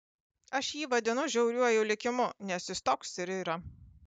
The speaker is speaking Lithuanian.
aš jį vadinu žiauriuoju likimu nes jis toks ir yra